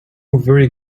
very